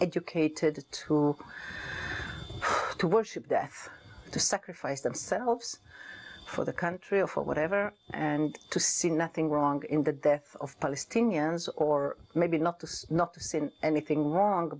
educated who to worship death to sacrifice themselves for the country or for whatever and to see nothing wrong in the death of palestinians or maybe not not seen anything wrong